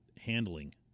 handling